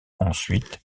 ensuite